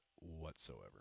whatsoever